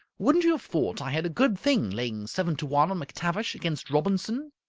wouldn't you have thought i had a good thing, laying seven to one on mctavish against robinson?